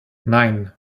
nine